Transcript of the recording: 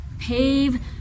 pave